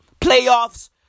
playoffs